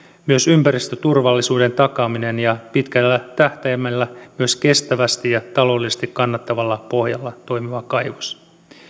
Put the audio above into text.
myös ympäristöturvallisuuden takaaminen ja pitkällä tähtäimellä myös kestävästi ja taloudellisesti kannattavalla pohjalla toimiva kaivos